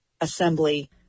Assembly